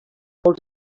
molts